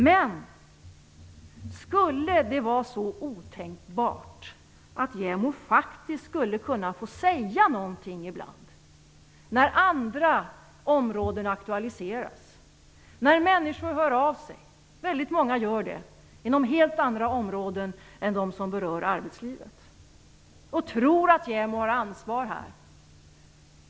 Men är det så otänkbart att faktiskt låta JämO säga någonting ibland, när andra områden aktualiseras eller när människor hör av sig? Många människor gör det. De tar upp helt andra frågor än sådana som berör arbetslivet. De tror att JämO har ansvar även där.